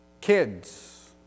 Kids